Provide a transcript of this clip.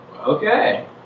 okay